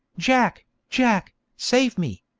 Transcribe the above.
jack! jack! save me